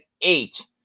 eight